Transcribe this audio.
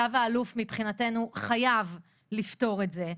צו האלוף מבחינתנו חייב לפתור את זה,